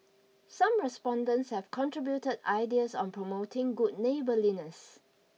some respondents have contributed ideas on promoting good neighborliness